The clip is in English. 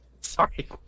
Sorry